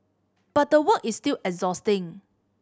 but the work is still exhausting